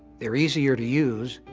they're easier to use.